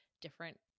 different